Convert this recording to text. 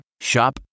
Shop